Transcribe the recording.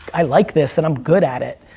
i like this, and i'm good at it.